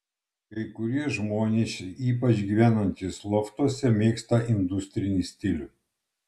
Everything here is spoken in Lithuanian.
kai kurie žmonės ypač gyvenantys loftuose mėgsta industrinį stilių